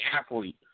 athlete